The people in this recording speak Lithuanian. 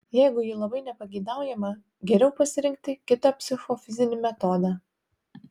jeigu ji labai nepageidaujama geriau pasirinkti kitą psichofizinį metodą